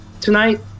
tonight